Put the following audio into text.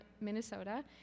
Minnesota